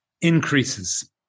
increases